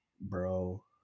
bro